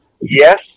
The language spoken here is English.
Yes